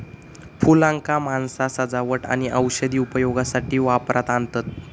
फुलांका माणसा सजावट आणि औषधी उपयोगासाठी वापरात आणतत